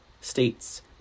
states